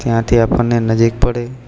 ત્યાંથી આપણને નજીક પડે